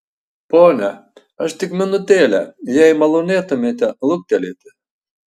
pone aš tik minutėlę jei malonėtumėte luktelėti